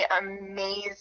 amazing